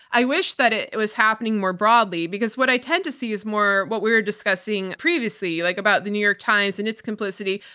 i wish that it it was happening more broadly because what i tend to see is more what we were discussing previously like about the new york times and its complicity,